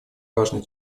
важной